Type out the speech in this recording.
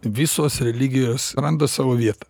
visos religijos randa savo vietą